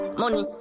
money